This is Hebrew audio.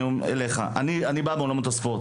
אליך אני בא מעולמות הספורט,